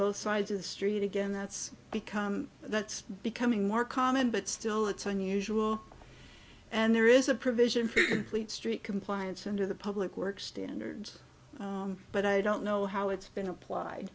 both sides of the street again that's become that's becoming more common but still it's unusual and there is a provision for complete street compliance and to the public works standards but i don't know how it's been applied